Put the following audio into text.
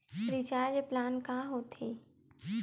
Recharge plan का होथे?